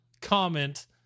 comment